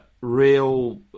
real